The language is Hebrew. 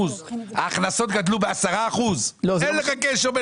ההכנסות גדלו ב-10%, אין לזה קשר.